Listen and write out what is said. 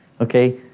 Okay